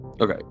Okay